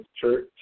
church